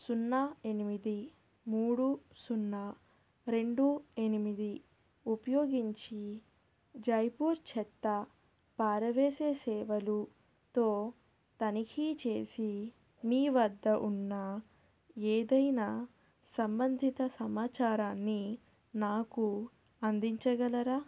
సున్నా ఎనిమిది మూడు సున్నా రెండు ఎనిమిది ఉపయోగించి జైపూర్ చెత్త పారవేసే సేవలుతో తనిఖీ చేసి మీ వద్ద ఉన్న ఏదైనా సంబంధిత సమాచారాన్ని నాకు అందించగలరా